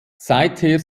seither